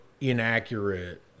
inaccurate